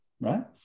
right